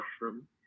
mushroom